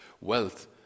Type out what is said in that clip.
wealth